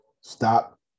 stop